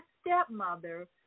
stepmother